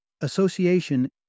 Association